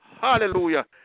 Hallelujah